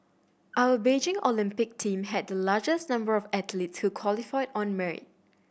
our Beijing Olympic team had the largest number of athletes who qualified on merit